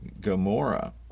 Gomorrah